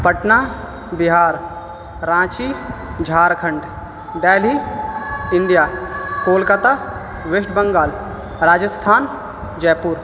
Patna Bihar Ranchi Jharkhand Delhi India Kolkata West Bengal Rajasthan جے پور